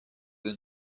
این